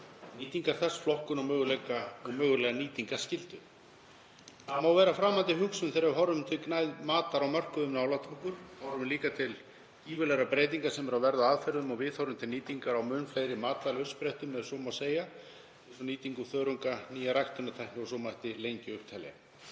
nýtingar þess, flokkun og mögulega nýtingarskyldu. Það má vera framandi hugsun þegar við horfum til gnægðar matar á mörkuðum nálægt okkur og horfum líka til gífurlegra breytinga sem eru að verða á aðferðum og viðhorfum til nýtingar á mun fleiri matvælauppsprettum, ef svo má segja; nýtingu þörunga, nýja ræktunartækni og svo mætti lengi telja.